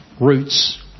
roots